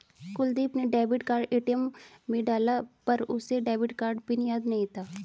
कुलदीप ने debit card ATM में डाला पर उसे डेबिट कार्ड पिन याद नहीं था